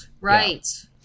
right